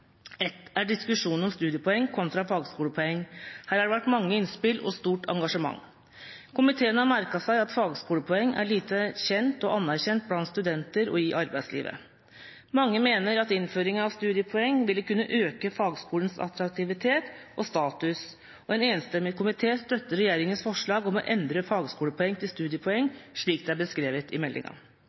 et er diskusjonen om studiepoeng kontra fagskolepoeng. Her har det vært mange innspill og stort engasjement. Komiteen har merket seg at fagskolepoeng er lite kjent og anerkjent blant studenter og i arbeidslivet. Mange mener at innføring av studiepoeng ville kunne øke fagskolens attraktivitet og status. En enstemmig komité støtter regjeringas forslag om å endre fagskolepoeng til studiepoeng, slik det er beskrevet i meldinga.